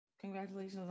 congratulations